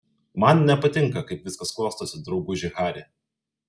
man nepatinka kaip viskas klostosi drauguži hari